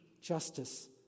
justice